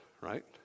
right